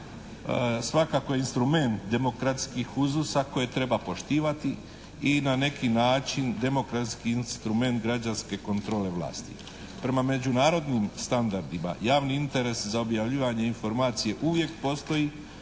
svakako instrument demokratskih uzusa koje treba poštivati i na neki način demokratski instrument građanske kontrole vlasti. Prema međunarodnim standardima javni interes za objavljivanje informacije uvijek postoji.